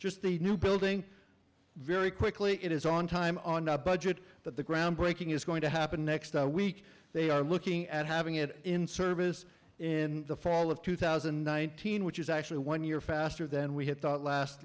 just the new building very quickly it is on time on a budget that the groundbreaking is going to happen next week they are looking at having it in service in the fall of two thousand and nineteen which is actually one year faster than we had thought last